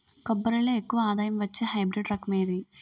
కొబ్బరి లో ఎక్కువ ఆదాయం వచ్చే హైబ్రిడ్ రకం ఏది?